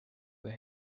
were